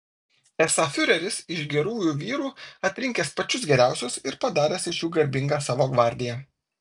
esą fiureris iš gerųjų vyrų atrinkęs pačius geriausius ir padaręs iš jų garbingą savo gvardiją